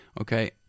Okay